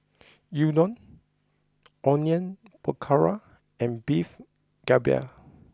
Udon Onion Pakora and Beef Galbi